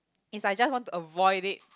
is I just want to avoid it